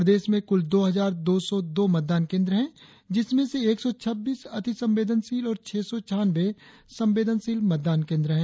प्रदेश में कुल दो हजार दो सौ दो मतदान केंद्र है जिसमें से एक सौ छब्बीस अति संवेदनशील और छह सौ छानवें संवेदनशील मतदान केंद्र है